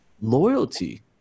Loyalty